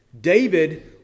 David